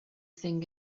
thing